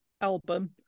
album